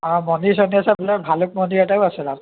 অঁ মন্দিৰ চন্দিৰ চাবলৈ ভালুক মন্দিৰ এটাও আছে তাত